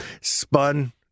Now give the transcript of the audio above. Spun